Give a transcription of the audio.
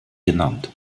genannt